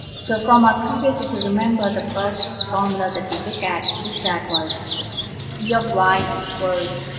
so from our previous, if you remember the first formula that we looked at looked at was e of y equals